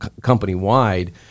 company-wide